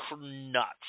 nuts